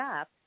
up